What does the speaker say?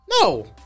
No